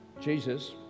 Jesus